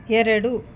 ಎರಡು